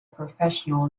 professional